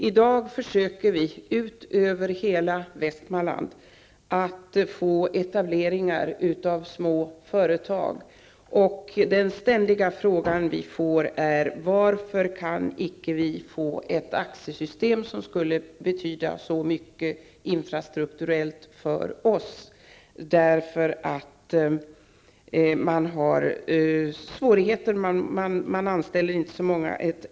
I dag försöker vi att få ut etableringar av små företag över hela Västmanland. Den ständiga frågan vi får är: Varför kan icke vi få ett AXE system, som infrastrukturellt skulle betyda så mycket för oss? Man har svårigheter. Man anställer inte så många.